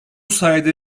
sayede